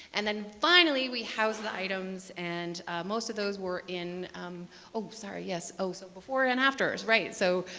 and then finally we house the items and most of those were in oh sorry, yes. oh, so before and afters, right? so